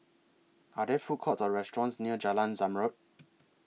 Are There Food Courts Or restaurants near Jalan Zamrud